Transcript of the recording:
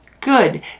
Good